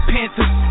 Panthers